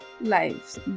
lives